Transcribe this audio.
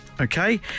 Okay